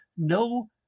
No